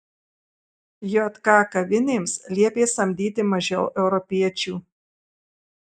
jk kavinėms liepė samdyti mažiau europiečių